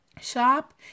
shop